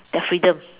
their freedom